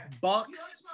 Bucks